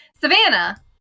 Savannah